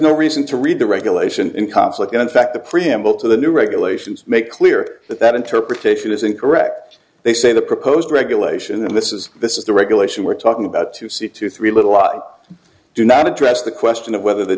no reason to read the regulation in conflict in fact the preamble to the new regulations make clear that that interpretation is incorrect they say the proposed regulation and this is this is the regulation we're talking about to see two three little lot do not address the question of whether the